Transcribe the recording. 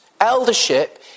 Eldership